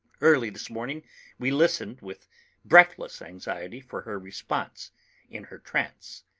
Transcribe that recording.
early this morning we listened, with breathless anxiety, for her response in her trance.